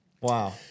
Wow